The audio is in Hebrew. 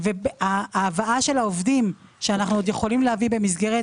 ההבאה של העובדים שאנחנו עוד יכולים להביא במסגרת